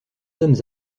hommes